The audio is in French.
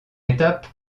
étape